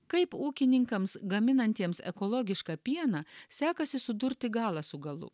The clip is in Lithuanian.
kaip ūkininkams gaminantiems ekologišką pieną sekasi sudurti galą su galu